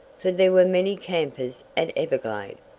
for there were many campers at everglade.